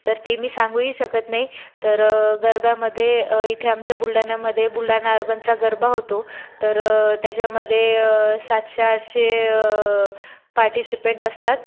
तर ते मी सांगूही शकत नाही तर गरब्यामध्ये इथे आमच्या बुलढाण्यामध्ये बुलढाणा अर्बनचा गरबा होतो तर त्याच्यामध्ये सातशेआठशे पार्टीसिपन्ट असतात